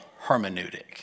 hermeneutic